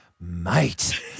Mate